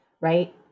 right